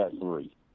three